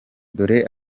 dore